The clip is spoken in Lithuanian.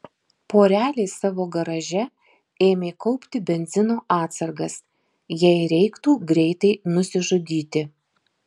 porelė savo garaže ėmė kaupti benzino atsargas jei reiktų greitai nusižudyti